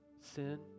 sin